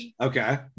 okay